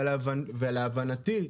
ולהבנתי,